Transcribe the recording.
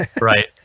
Right